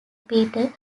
peter